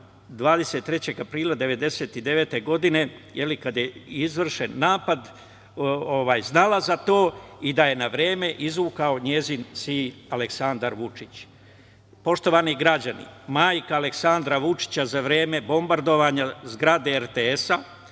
23. aprila 1999. godine, kada je izvršen napad, znala za to i da je na vreme izvukao njen sin, Aleksandar Vučić. Poštovani građani, majka Aleksandra Vučića, za vreme bombardovanja zgrade RTS,